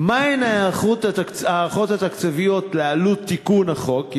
3. מה הן ההערכות התקציביות לעלות תיקון החוק?